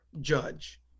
judge